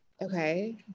Okay